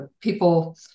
people